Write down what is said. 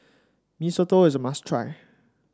Mee Soto is a must try